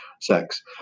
sex